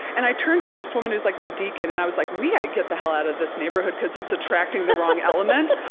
and i turned to this woman who's like my deacon, and i was like, we got to get the here out of this neighborhood because it's attracting the wrong element.